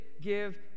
give